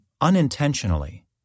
unintentionally